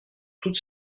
toutes